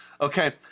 Okay